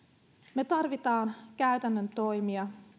me tarvitsemme käytännön toimia